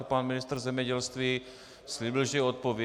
Pan ministr zemědělství slíbil, že je odpoví.